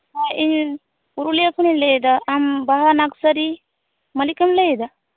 ᱦᱮᱸ ᱤᱧ ᱯᱩᱨᱩᱞᱤᱟᱹ ᱠᱷᱚᱱᱤᱧ ᱞᱟᱹᱭᱫᱟ ᱟᱢ ᱵᱟᱦᱟ ᱱᱟᱨᱥᱟᱨᱤ ᱢᱟᱞᱤᱠᱮᱢ ᱞᱟᱹᱭᱫᱟ